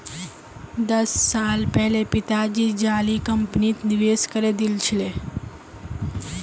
दस साल पहले पिताजी जाली कंपनीत निवेश करे दिल छिले